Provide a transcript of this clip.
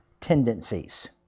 tendencies